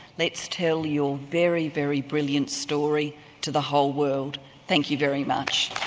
let's tell your very, very brilliant story to the whole world. thank you very much.